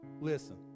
listen